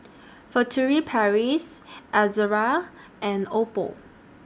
Furtere Paris Ezerra and Oppo